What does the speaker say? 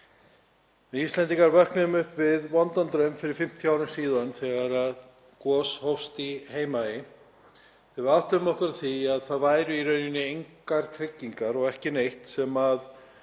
Íslendingar vöknuðum upp við vondan draum fyrir 50 árum síðan þegar gos hófst í Heimaey og við áttuðum okkur á því að það væru í rauninni engar tryggingar og ekki neitt sem